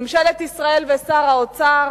ממשלת ישראל ושר האוצר